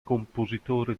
compositore